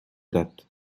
date